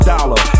Dollar